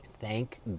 Thank